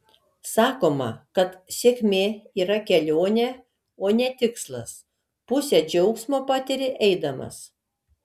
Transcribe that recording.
sakoma kad sėkmė yra kelionė o ne tikslas pusę džiaugsmo patiri eidamas